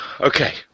Okay